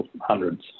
hundreds